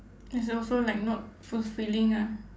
it's also like not fulfilling ah